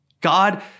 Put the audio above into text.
God